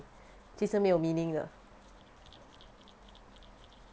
其实没有 meaning 的